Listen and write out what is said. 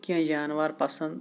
کیٚنہہ جاناوار پَسند